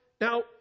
now